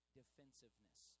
defensiveness